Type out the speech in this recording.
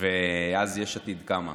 ואז יש עתיד קמה.